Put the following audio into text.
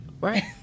right